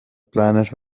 planet